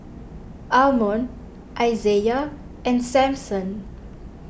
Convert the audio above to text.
Almon Isiah and Samson